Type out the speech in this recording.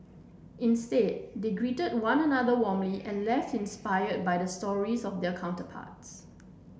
instead they greeted one another warmly and left inspired by the stories of their counterparts